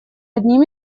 одним